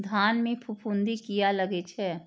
धान में फूफुंदी किया लगे छे?